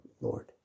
Lord